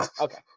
Okay